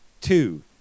Two